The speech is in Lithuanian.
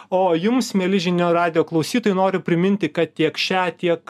o jums mieli žinių radijo klausytojai noriu priminti kad tiek šią tiek